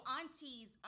aunties